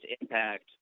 impact